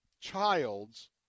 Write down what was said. child's